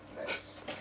Nice